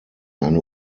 eine